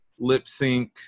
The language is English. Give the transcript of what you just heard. LipSync